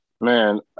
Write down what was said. man